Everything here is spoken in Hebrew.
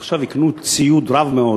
עכשיו יקנו ציוד רב מאוד